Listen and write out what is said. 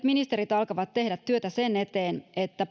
ministerit alkavat nyt tehdä työtä sen eteen että